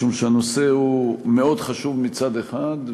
משום שהנושא מאוד חשוב מצד אחד,